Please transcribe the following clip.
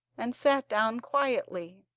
and sat down quietly.